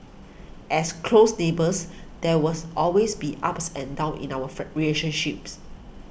as close neighbours there was always be ups and downs in our fer relationships